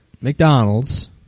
McDonald's